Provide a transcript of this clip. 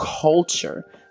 culture